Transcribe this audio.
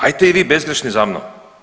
Ajte i vi bezgrješni za mnom.